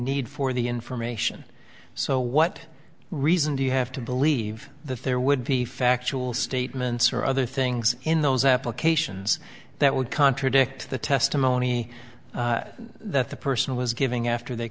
need for the information so what reason do you have to believe that there would be factual statements or other things in those applications that would contradict the testimony that the person was giving after they